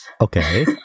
Okay